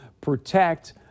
protect